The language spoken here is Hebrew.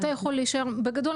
בגדול,